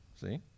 See